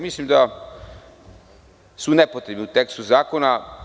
Mislim da su nepotrebne u tekstu zakona.